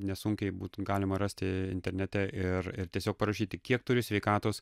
nesunkiai būt galima rasti internete ir ir tiesiog parašyti kiek turiu sveikatos